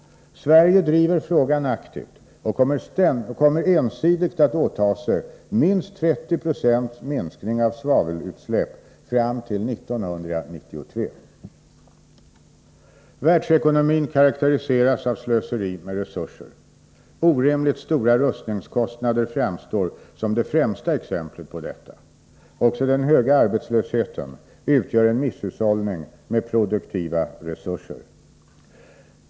Sverige driver frågan aktivt och kommer ensidigt att åta sig minst 30 Zo minskning av svavelutsläpp fram till 1993. Världsekonomin karakteriseras av slöseri med resurser. Orimligt stora rustningskostnader framstår som det främsta exemplet på detta. Också den höga arbetslösheten utgör en misshushållning med produktiva resurser.